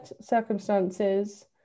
circumstances